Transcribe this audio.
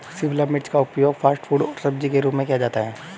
शिमला मिर्च का उपयोग फ़ास्ट फ़ूड और सब्जी के रूप में किया जाता है